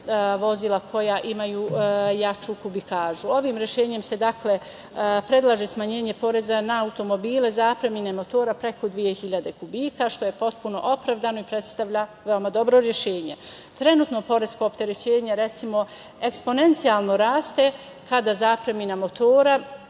vozila koja imaju jaču kubikažu. Ovim rešenjem se predlaže smanjenje poreza na automobile, zapremine motora preko dve hiljade kubika, što je potpuno opravdano i predstavlja veoma dobro rešenje. Trenutno poresko opterećenje recimo, eksponencijalno raste kada zapremina motora